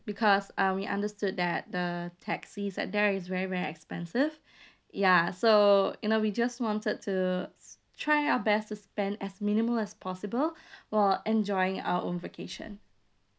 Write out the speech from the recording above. because uh we understood that the taxis at there is very very expensive ya so you know we just wanted to try our best to spend as minimal as possible while enjoying our own vacation